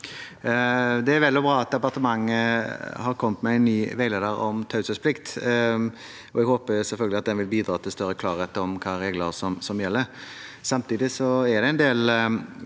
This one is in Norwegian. Det er vel og bra at departementet har kommet med en ny veileder om taushetsplikt. Jeg håper selvfølgelig at den vil bidra til større klarhet om hvilke regler som gjelder. Samtidig er det en del